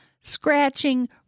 scratching